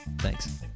Thanks